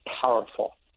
powerful